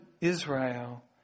Israel